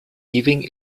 leaving